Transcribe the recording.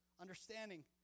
understanding